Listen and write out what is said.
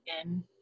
again